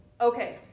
Okay